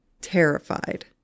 terrified